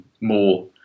more